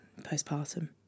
postpartum